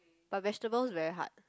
but vegetables very hard